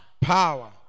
Power